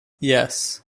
yes